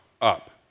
up